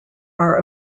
are